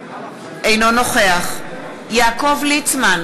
אינו נוכח יעקב ליצמן,